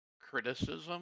criticism